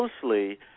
closely